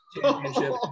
championship